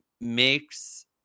makes